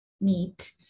meet